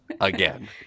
again